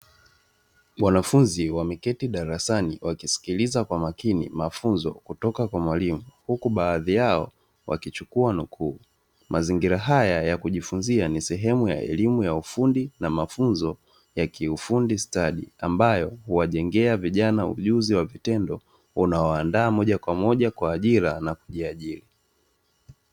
Wanafunzi wameketi darasani, wakisikiliza kwa makini mafunzo kutoka kwa mwalimu, huku baadhi yao wakichukua nukuu. Mazingira haya ya kujifunza ni sehemu ya elimu ya ufundi na mafunzo ya kiufundi stadi, ambayo huwajengea vijana ujuzi wa vitendo unaowaandaa moja kwa moja kwa ajira na kujiajiri.